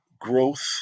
growth